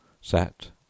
sat